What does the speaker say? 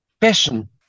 passion